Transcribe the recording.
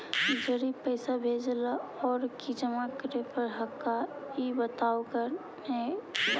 जड़ी पैसा भेजे ला और की जमा करे पर हक्काई बताहु करने हमारा?